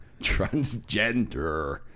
Transgender